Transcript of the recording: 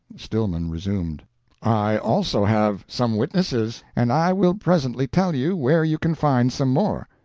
stillman resumed i also have some witnesses and i will presently tell you where you can find some more.